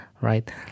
right